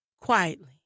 quietly